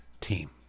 team